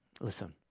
Listen